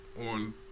on